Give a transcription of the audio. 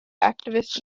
activists